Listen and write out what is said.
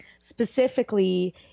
specifically